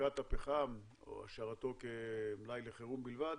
הפסקת הפחם או השארתו כמלאי לחירום בלבד